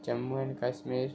Jammu and Kashmir